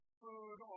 food